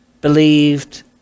believed